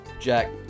Jack